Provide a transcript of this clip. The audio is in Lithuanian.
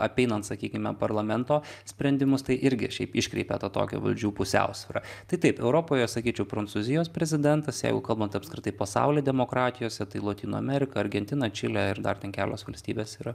apeinant sakykime parlamento sprendimus tai irgi šiaip iškreipia tą tokią valdžių pusiausvyrą tai taip europoje sakyčiau prancūzijos prezidentas jeigu kalbant apskritai pasaulio demokratijose tai lotynų amerika argentina čilė ir dar tik kelios valstybės yra